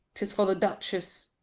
tis for the duchess.